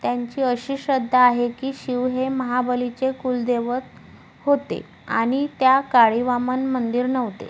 त्यांची अशी श्रद्धा आहे की शिव हे महाबलीचे कुलदैवत होते आणि त्या काळी वामन मंदिर नव्हते